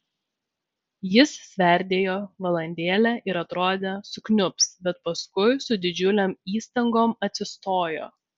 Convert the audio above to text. jis sverdėjo valandėlę ir atrodė sukniubs bet paskui su didžiulėm įstangom atsistojo